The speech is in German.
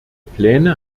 pläne